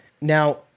Now